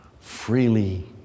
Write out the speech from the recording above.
freely